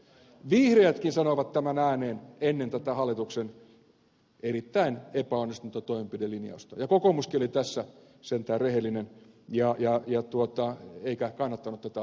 vihreätkin sanoivat tämän ääneen ennen tätä hallituksen erittäin epäonnistunutta toimenpidelinjausta ja kokoomuskin oli tässä sentään rehellinen eikä kannattanut tätä asiaa